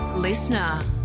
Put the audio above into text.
listener